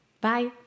Bye